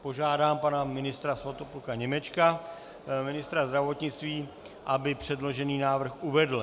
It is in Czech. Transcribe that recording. Požádám pana ministra Svatopluka Němečka, ministra zdravotnictví, aby předložený návrh uvedl.